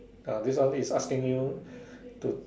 ah this one is asking you to